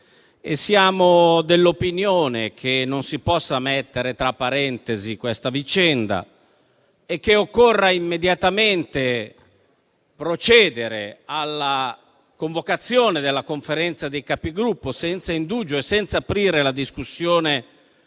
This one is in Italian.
Siamo dell'opinione che non si possa mettere tra parentesi questa vicenda e che occorra immediatamente procedere alla convocazione della Conferenza dei Capigruppo, senza indugio e senza aprire la discussione